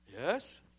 Yes